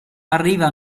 arriva